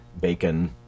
Bacon